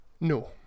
No